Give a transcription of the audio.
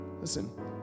Listen